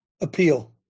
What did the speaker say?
appeal